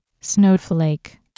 Snowflake